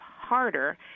harder